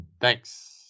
Thanks